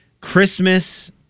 Christmas